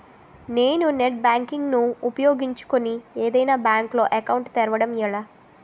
నేను net banking ను ఉపయోగించుకుని ఏదైనా బ్యాంక్ లో అకౌంట్ తెరవడం ఎలా?